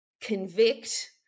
convict